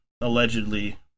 allegedly